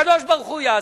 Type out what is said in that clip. הקדוש-ברוך-הוא יעזור.